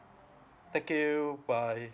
thank you bye